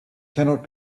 cannot